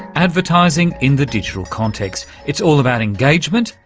advertising in the digital context, it's all about engagement,